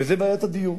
וזה בעיית הדיור.